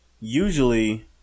usually